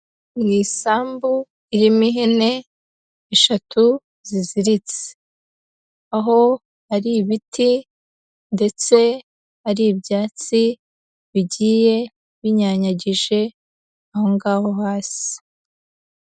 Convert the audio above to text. Mu isambu irimo ihene eshatu ziziritse. Aho hari ibiti ndetse hari ibyatsi bigiye binyanyagije aho ngaho hasi.